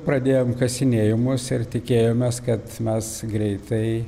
pradėjom kasinėjimus ir tikėjomės kad mes greitai